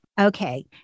Okay